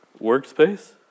Workspace